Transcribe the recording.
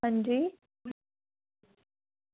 अंजी